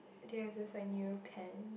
they have this like new pen